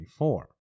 24